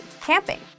camping